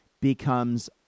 becomes